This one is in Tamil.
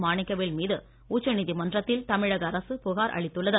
மாணிக்கவேல் மீது உச்சநீதிமன்றத்தில் தமிழக அரசு புகார் அளித்தது